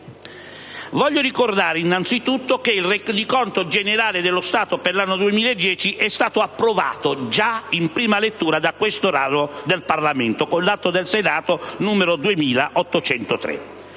Voglio ricordare, innanzitutto, che il rendiconto generale dello Stato per l'anno 2010 è stato approvato già in prima lettura da questo ramo del Parlamento con l'Atto Senato n. 2803,